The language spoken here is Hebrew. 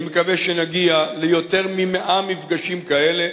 אני מקווה שנגיע ליותר מ-100 מפגשים כאלה,